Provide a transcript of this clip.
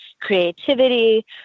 creativity